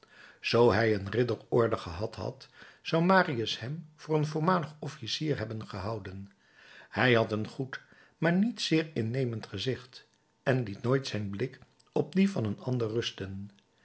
zoo hij een ridderorde gehad had zou marius hem voor een voormalig officier hebben gehouden hij had een goed maar niet zeer innemend gezicht en liet nooit zijn blik op dien van een ander rusten